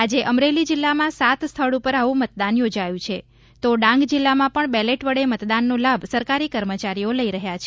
આજે અમરેલી જિલ્લામાં સાત સ્થળ ઉપર આવું મતદાન યોજાયું છે તો ડાંગ જિલ્લામાં પણ બેલેટ વડે મતદાનનો લાભ સરકારી કર્મચારીઓ લઇ રહ્યાં છે